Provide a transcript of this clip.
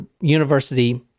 University